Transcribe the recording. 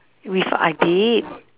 with adib